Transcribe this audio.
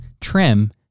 trim